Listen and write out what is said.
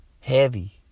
Heavy